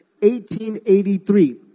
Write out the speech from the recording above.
1883